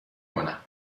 کنم